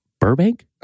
Burbank